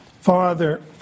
Father